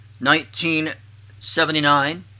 1979